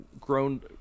grown